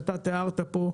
שאתה תיארת פה,